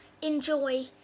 enjoy